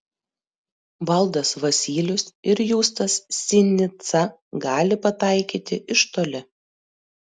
valdas vasylius ir justas sinica gali pataikyti iš toli